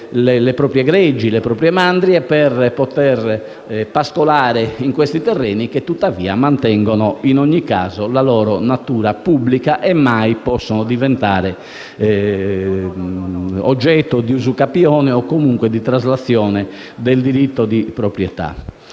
le proprie greggi, le proprie mandrie per poter pascolare in questi terreni, che tuttavia mantengono in ogni caso la loro natura pubblica e che mai possono diventare oggetto di usucapione o comunque di traslazione del diritto di proprietà.